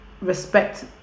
respect